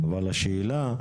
אבל השאלה,